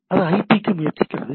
இது ஐபிக்கு முயற்சிக்கிறது